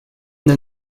then